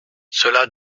cela